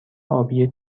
آبی